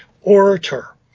orator